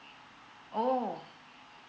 oh